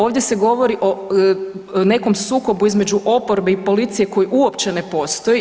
Ovdje se govori o nekom sukobu između oporbe i policije koji uopće ne postoji.